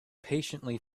patiently